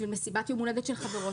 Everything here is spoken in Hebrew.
בשביל מסיבת יום הולדת של חברות,